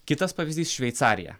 kitas pavyzdys šveicarija